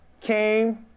came